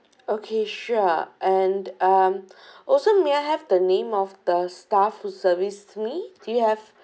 okay sure and um also may I have the name of the staff who serviced me do you have